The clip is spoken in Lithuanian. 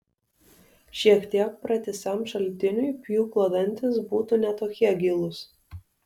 šiek tiek pratisam šaltiniui pjūklo dantys būtų ne tokie gilūs